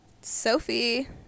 Sophie